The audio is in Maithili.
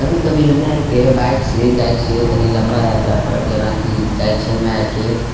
कभी कभी हमे आरके बाइकसे जाइ छिए तनि लम्बा यात्रापर जेनाकि जाइ छिए हमे आरके